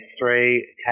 three